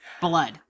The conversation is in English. blood